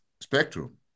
spectrum